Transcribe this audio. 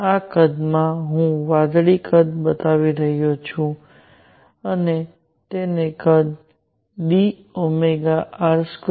આ કદમાં હું જે વાદળી કદ બતાવી રહ્યો છું અને તે કદ dΩr2Δr